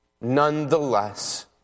nonetheless